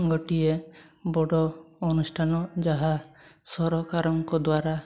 ଗୋଟିଏ ବଡ଼ ଅନୁଷ୍ଠାନ ଯାହା ସରକାରଙ୍କ ଦ୍ୱାରା